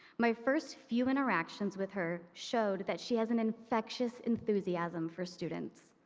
my first few interactions with her showed that she has an infectious enthusiasm for students.